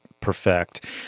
perfect